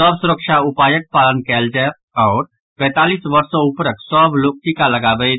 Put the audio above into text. सभ सुरक्षा उपायक पालन कयल जाय आओर पैंतालीस वर्ष सॅ ऊपरक सभ लोक टीका लगावैथ